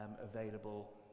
available